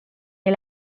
est